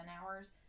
hours